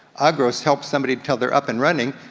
agros helps somebody til they're up and running.